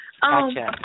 Gotcha